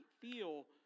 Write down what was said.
feel